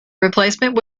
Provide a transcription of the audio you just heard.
replacement